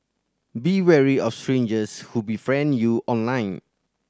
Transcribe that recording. be wary of strangers who befriend you online